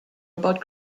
about